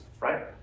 Right